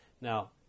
Now